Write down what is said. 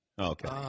Okay